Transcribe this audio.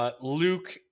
Luke